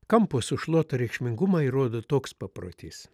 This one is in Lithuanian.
kampo sušluoto reikšmingumą įrodo toks paprotys